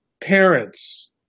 parents